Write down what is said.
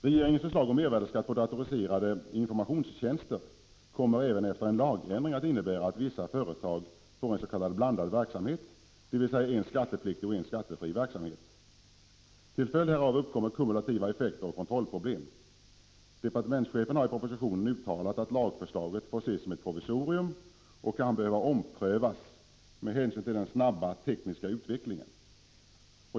Regeringens förslag om mervärdeskatt på datoriserade informationstjänster kommer även efter en lagändring att innebära att vissa företag får en s.k. blandad verksamhet, dvs. en skattepliktig och en skattefri verksamhet. Till följd härav uppkommer kumulativa effekter och kontrollproblem. Departementschefen har i propositionen uttalat att lagförslaget får ses som ett provisorium som kan behöva omprövas med hänsyn till den snabba tekniska utvecklingen.